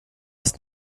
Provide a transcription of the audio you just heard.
ist